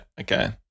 Okay